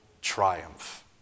triumph